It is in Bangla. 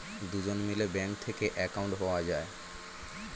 দুজন মিলে ব্যাঙ্ক থেকে অ্যাকাউন্ট পাওয়া যায়